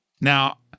Now